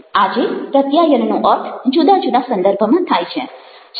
આજે પ્રત્યાયનનો અર્થ જુદા જુદા સંદર્ભમાં થાય છે